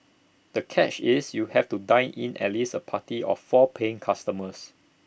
the catch is you have to dine in at least A party of four paying customers